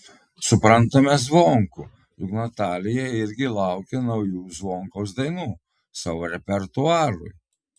suprantame zvonkų juk natalija irgi laukia naujų zvonkaus dainų savo repertuarui